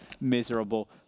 miserable